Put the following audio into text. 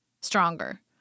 Stronger